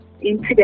incident